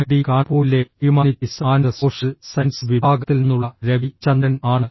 T കാൺപൂരിലെ humanities and social science വിഭാഗത്തിൽ നിന്നുള്ള രവി ചന്ദ്രൻ ആണ്